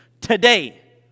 Today